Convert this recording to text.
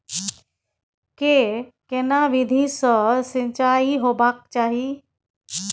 के केना विधी सॅ सिंचाई होबाक चाही?